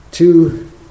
two